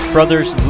Brothers